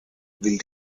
will